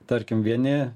tarkim vieni